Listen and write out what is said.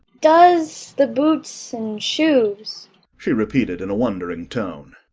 does the boots and shoes she repeated in a wondering tone.